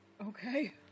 Okay